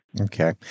Okay